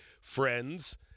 friends